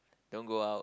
don't go out